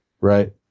Right